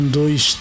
dois